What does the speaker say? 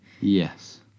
Yes